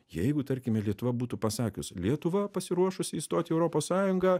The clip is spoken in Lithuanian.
jeigu tarkime lietuva būtų pasakius lietuva pasiruošusi įstoti į europos sąjungą